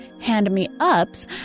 hand-me-ups